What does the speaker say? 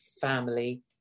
family